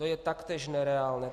To je taktéž nereálné.